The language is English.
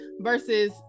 versus